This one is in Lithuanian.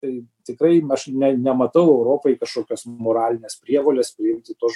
tai tikrai aš ne nematau europoj kažkokios moralinės prievolės priimti tuos